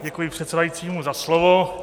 Děkuji předsedajícímu za slovo.